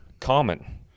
common